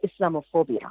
Islamophobia